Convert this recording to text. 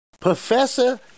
Professor